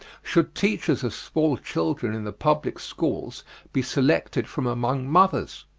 should teachers of small children in the public schools be selected from among mothers?